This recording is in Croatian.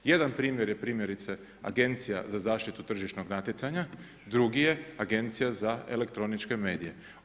Jedan primjer je primjerice Agencija za zaštitu tržišnog natjecanja, drugi je Agencija za elektroničke medije.